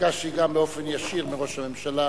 וביקשתי גם באופן ישיר מראש הממשלה